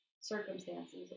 circumstances